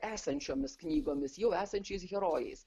esančiomis knygomis jau esančiais herojais